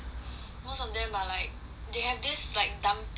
most of them are like they have this like dumpling right